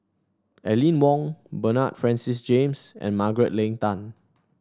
Aline Wong Bernard Francis James and Margaret Leng Tan